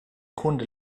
kunde